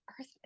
Earth